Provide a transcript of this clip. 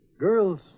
Girls